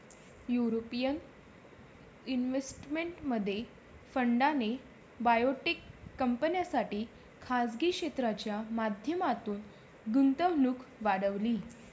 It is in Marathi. युरोपियन इन्व्हेस्टमेंट फंडाने बायोटेक कंपन्यांसाठी खासगी क्षेत्राच्या माध्यमातून गुंतवणूक वाढवली